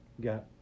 Got